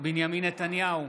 בנימין נתניהו,